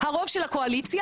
הרוב של הקואליציה